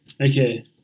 okay